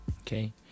Okay